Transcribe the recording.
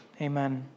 Amen